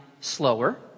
slower